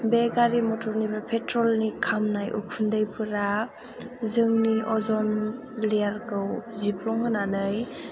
बे गारि मटरनिफ्राय पेट्रल खामनाय उखुन्दैफोरा जोंनि अजन लेयारखौ जिफ्लंहोनानै